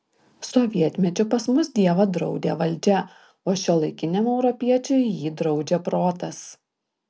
sovietmečiu pas mus dievą draudė valdžia o šiuolaikiniam europiečiui jį draudžia protas